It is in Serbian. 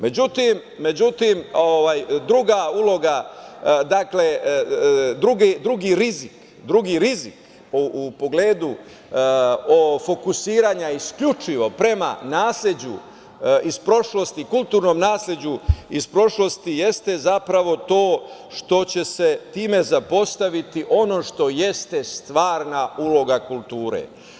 Međutim, drugi rizik u pogledu fokusiranja isključivo prema nasleđu iz prošlosti, kulturnom nasleđu iz prošlosti jeste zapravo to što će se time zapostaviti ono što jeste stvarna uloga kulture.